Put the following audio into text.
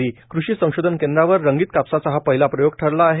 अचलपूर कृषी संशोधन केंद्रावर रंगीत कापसाचा हा पहिला प्रयोग ठरला आहे